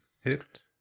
hit